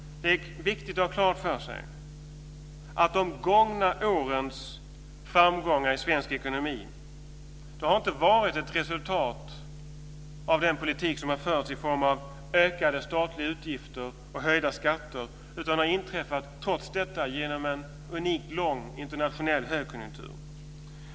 Det är viktigt att ha klart för sig att de gångna årens framgångar i svensk ekonomi inte har varit ett resultat av den politik som har förts i form av ökade statliga utgifter och höjda skatter utan har inträffat trots detta genom en unikt lång internationell högkonjunktur.